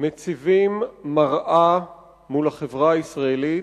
מציבים מראה מול החברה הישראלית,